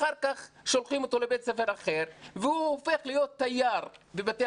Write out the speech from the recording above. אחר כך שולחים אותו לבית ספר אחר והוא הופך להיות תייר בבתי